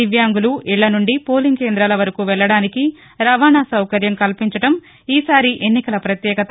దివ్యాంగులు ఇళ్ళ నుండి పోలింగ్ కేందాల వరకూ వెళ్ళడానికి రవాణా సౌకర్యం కల్పించడం ఈసారి ఎన్నికల పత్యేకత